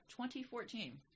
2014